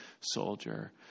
soldier